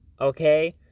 Okay